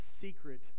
secret